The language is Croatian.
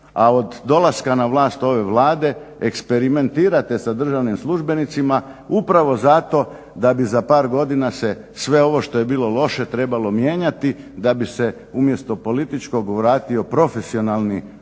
a od dolaska na vlast ove Vlade eksperimentirate sa državnim službenicima upravo zato da bi za par godina se sve ovo što je bilo loše trebalo mijenjati, da bi se umjesto političkog vratio profesionalni odnos